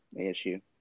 ASU